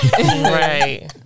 Right